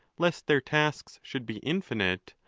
lest their tasks should be infinite,